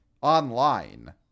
online